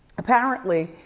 apparently,